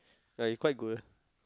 ya he quite good